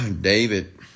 David